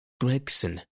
Gregson